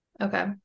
Okay